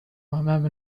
أمام